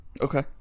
Okay